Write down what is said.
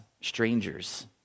strangers